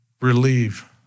relieve